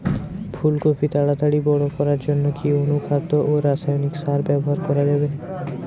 ফুল কপি তাড়াতাড়ি বড় করার জন্য কি অনুখাদ্য ও রাসায়নিক সার ব্যবহার করা যাবে?